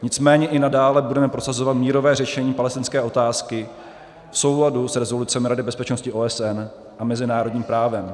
Nicméně i nadále budeme prosazovat mírové řešení palestinské otázky v souladu s rezolucemi Rady bezpečnosti OSN a mezinárodním právem.